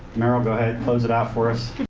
meryl, go ahead, close it out for us.